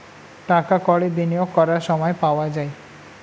টাকা কড়ি বিনিয়োগ করার সময় পাওয়া যায়